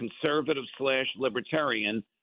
conservative-slash-libertarian